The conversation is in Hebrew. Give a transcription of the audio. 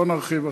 לא נרחיב עכשיו,